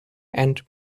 and